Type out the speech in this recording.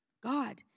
God